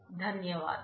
ధన్యవాదాలు